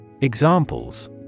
Examples